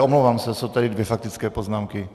Omlouvám se, jsou tady dvě faktické poznámky.